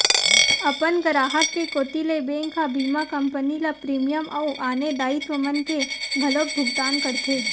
अपन गराहक के कोती ले बेंक ह बीमा कंपनी ल प्रीमियम अउ आने दायित्व मन के घलोक भुकतान करथे